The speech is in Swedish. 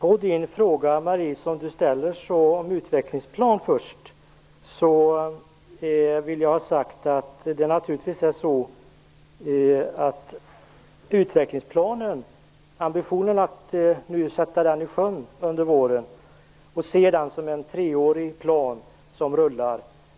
Herr talman! Beträffande utvecklingsplan vill jag ha sagt att ambitionen är att sätta den i sjön under våren och sedan ha den som en treårig plan som rullar.